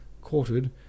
quartered